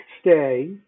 stay